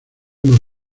hemos